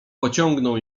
pociągnął